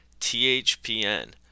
THPN